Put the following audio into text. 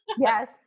Yes